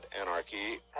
anarchy